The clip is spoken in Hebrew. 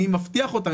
אני מבטיח אותם,